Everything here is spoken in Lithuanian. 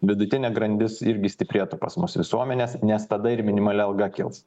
vidutinė grandis irgi stiprėtų pas mus visuomenės nes tada ir minimali alga kils